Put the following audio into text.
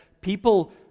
people